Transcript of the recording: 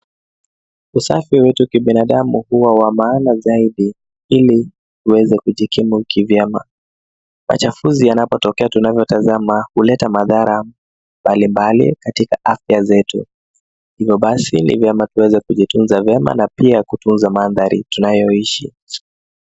Usafi wetu kibinadamu huwa wa maana zaidi ili tuweze kujikiimu kivyema. Machafuzi yanapotokea tunavyotazama huleta madhara mbalimbali katika afya zetu. Hivyo basi, ni vyema kuweza kujitunza vyema na pia kutunza mandhari tunayoishi.